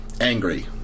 angry